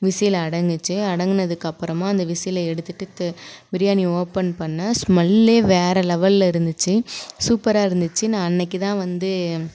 whistle அடங்கிச்சி அடக்குனதுக்கு அதுக்கப்புறமாக அந்த விசிலை எடுத்துவிட்டு பிரியாணி ஓப்பன் பண்ண ஸ்மெல்லே வேறு லெவலில் இருந்திச்சு சூப்பராக இருந்திச்சு நான் அன்னக்கி தான் வந்து